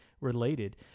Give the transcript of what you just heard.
related